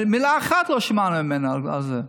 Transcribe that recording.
מילה אחת לא שמענו ממנה על זה.